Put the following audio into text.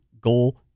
goal